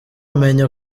umenya